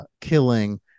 killing